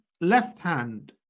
left-hand